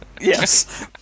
Yes